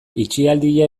itxialdia